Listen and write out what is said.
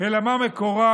אלא מה מקורה,